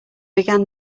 began